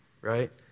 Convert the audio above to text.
right